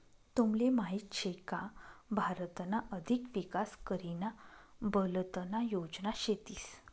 तुमले माहीत शे का भारतना अधिक विकास करीना बलतना योजना शेतीस